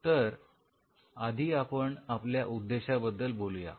तर आधी आपण आपल्या उद्देशाबद्दल बोलूया